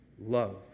love